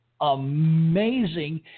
amazing